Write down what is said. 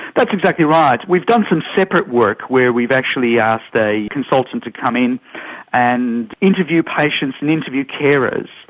that's exactly right. we've done some separate work where we've actually asked a consultant to come in and interview patients and interview carers.